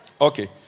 Okay